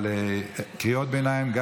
גם קריאות ביניים,